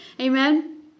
amen